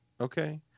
okay